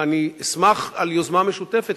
ואני אשמח על יוזמה משותפת,